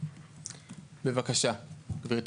בבקשה, גברתי.